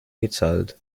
bezahlt